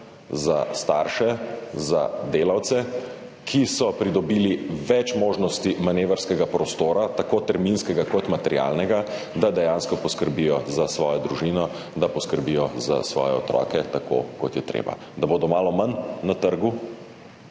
za starše, za delavce, ki so pridobili več manevrskega prostora, tako terminskega kot materialnega, da dejansko poskrbijo za svojo družino, da poskrbijo za svoje otroke tako, kot je treba, da bodo malo manj na trgu,